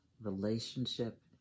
relationship